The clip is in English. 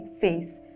face